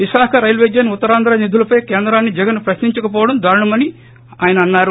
Visakha railway zone Uttarandhra నిధులపై కేంద్రాన్ని జగన్ ప్రశ్ని ంచకపోవడం దారుణమని మంత్రి అన్నారు